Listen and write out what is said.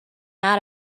out